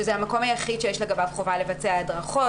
שזה המקום היחיד שיש לגביו החובה לבצע הדרכות,